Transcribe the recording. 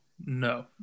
No